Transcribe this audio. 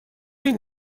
این